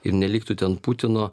ir neliktų ten putino